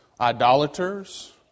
idolaters